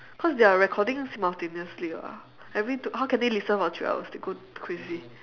cause they are recording us simultaneously ah every two how can they listen for three hours they'll go crazy